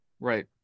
Right